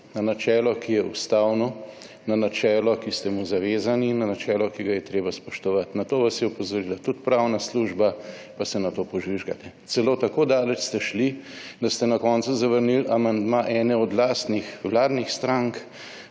Na načelo, ki je ustavo. Na načelo, ki ste mu zavezani, in na načelo, ki ga je treba spoštovati. Na to vas je opozorila tudi pravna služba, pa se na to požvižgate. Celo tako daleč ste šli, da ste na koncu zavrnili amandma eno od lastnih vladnih strank,